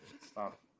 Stop